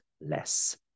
less